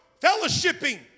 fellowshipping